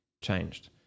changed